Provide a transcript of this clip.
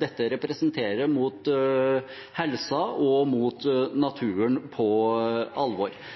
dette representerer mot helsen og naturen, på alvor.